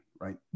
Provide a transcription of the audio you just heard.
Right